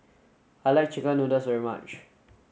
I like chicken noodles very much